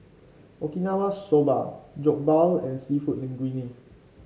Okinawa Soba Jokbal and seafood Linguine